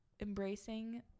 embracing